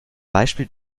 beispiel